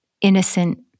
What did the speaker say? innocent